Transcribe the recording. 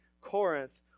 Corinth